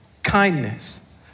Kindness